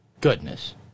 goodness